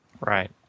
Right